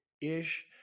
ish